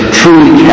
truly